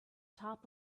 top